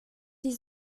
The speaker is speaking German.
die